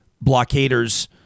blockaders